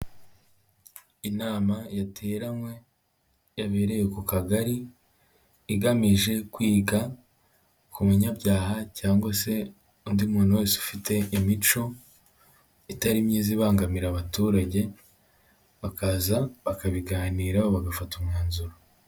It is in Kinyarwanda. Inama yateranywe yabereye ku kagari igamije kwiga ku munyabyaha cyangwa se undi muntu wese ufite imico itari myiza ibangamira abaturage, bakaza bakabiganiraho bagafata umwanzuro.